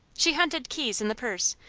she hunted keys in the purse,